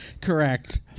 Correct